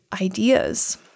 ideas